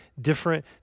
different